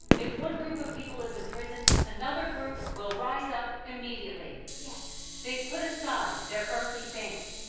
if one group of people is imprisoned, another group will rise up immediately. yes! they've put aside their earthly things,